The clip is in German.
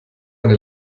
eine